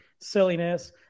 silliness